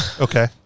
Okay